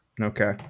Okay